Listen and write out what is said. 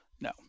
No